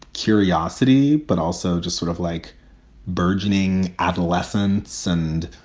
curiosity, but also to. sort of like burgeoning adolescence and